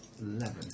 Eleven